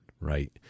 right